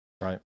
right